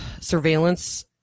surveillance